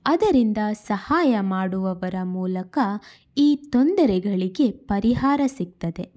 ಅದರಿಂದ ಸಹಾಯ ಮಾಡುವವರ ಮೂಲಕ ಈ ತೊಂದರೆಗಳಿಗೆ ಪರಿಹಾರ ಸಿಗ್ತದೆ